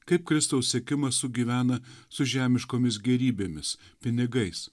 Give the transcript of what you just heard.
kaip kristaus sekimas sugyvena su žemiškomis gėrybėmis pinigais